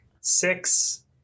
Six